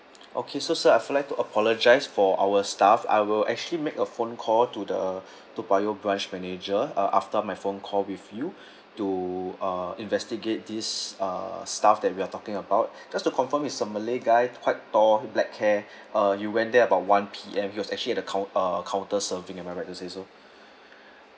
okay so sir I would like to apologise for our staff I will actually make a phone call to the toa payoh branch manager uh after my phone call with you to uh investigate this uh staff that we are talking about just to confirm is a malay guy quite tall black hair uh you went there about one P_M he was actually at the count~ uh counter serving am I right to say so